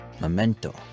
Memento